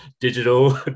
digital